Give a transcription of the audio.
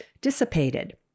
dissipated